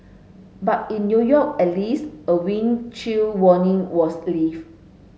but in New York at least a wind chill warning was lifted